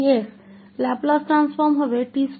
s3 है 4 का Laplace transformation 4